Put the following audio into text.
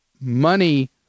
money